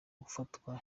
gufatwa